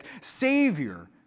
Savior